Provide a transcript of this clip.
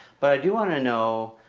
but i do want to know